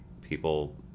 people